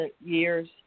years